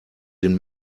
den